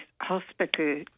hospital